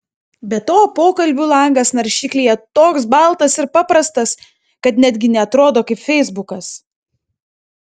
be to pokalbių langas naršyklėje toks baltas ir paprastas kad netgi neatrodo kaip feisbukas